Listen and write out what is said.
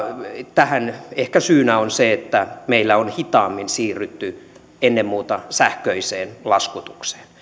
tähän ehkä syynä on se että meillä on hitaammin siirrytty ennen muuta sähköiseen laskutukseen